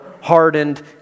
hardened